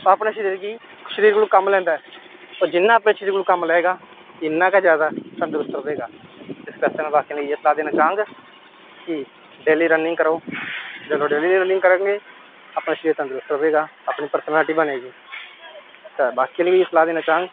अपने शरीर गी शरीर कोला कम्म लैंदा ऐ जिन्ना अपने शरीर कोला कम्म लेएगा इन्ना गै ज्यादा तंदरुरत रवे गा इस आस्तै में बाकी आह्लें गी इयै सलाह् देना चांह्ग कि डेली रनिंग करो जेल्लै डेली रनिंग करगे अपना शरीर तंदरुरत रवे गा अपनी प्रसैन्लटी बने गी ते बाकी आह्लें गी बी इयै सलाह् देना चांह्ग